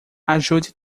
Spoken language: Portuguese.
ajude